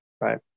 Right